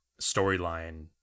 storyline